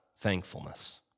thankfulness